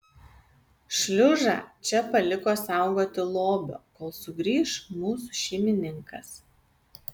šliužą čia paliko saugoti lobio kol sugrįš mūsų šeimininkas